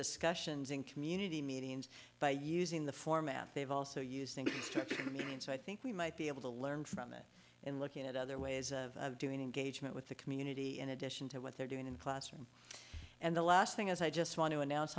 discussions in community meetings by using the format they've also use thing that struck me and so i think we might be able to learn from it in looking at other ways of doing engagement with the community in addition to what they're doing in the classroom and the last thing as i just want to announce